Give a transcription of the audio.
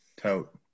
tote